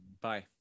Bye